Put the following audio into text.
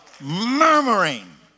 murmuring